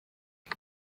ibi